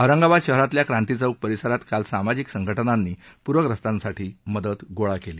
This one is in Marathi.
औरंगाबाद शहरातल्या क्रांतीचौक परिसरात काल सामाजिक संघटनांनी प्रख्रस्तांसाठी मदत गोळा केली